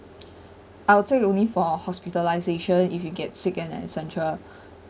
I'll take only for hospitalisation if you get sick and etcetera